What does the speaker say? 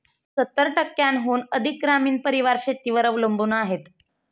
सत्तर टक्क्यांहून अधिक ग्रामीण परिवार शेतीवर अवलंबून आहेत